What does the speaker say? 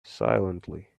silently